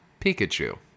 Pikachu